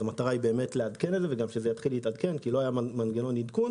המטרה היא לעדכן את זה כי לא היה מנגנון עדכון